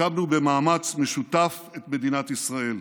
הקמנו במאמץ משותף את מדינת ישראל.